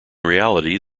reality